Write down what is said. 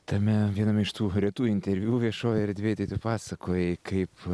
tame viename iš tų retų interviu viešojoj erdvėj tu pasakojai kaip